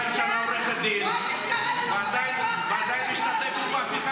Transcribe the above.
22 שנה עורכת דין, ועדיין משתתפת בהפיכה